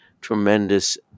tremendous